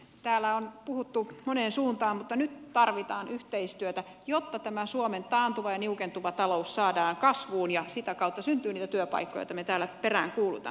täällä on puhuttu moneen suuntaan mutta nyt tarvitaan yhteistyötä jotta tämä suomen taantuma ja niukentuva talous saadaan kasvuun ja sitä kautta syntyy niitä työpaikkoja joita me täällä peräänkuulutamme